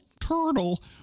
turtle